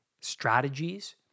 strategies